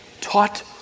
taught